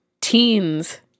teens